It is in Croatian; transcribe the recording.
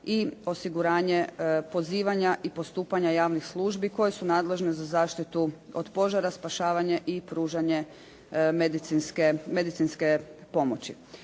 i osiguranje pozivanja i postupanja javnih službi koje su nadležne za zaštitu od požara, spašavanje i pružanje medicinske pomoći.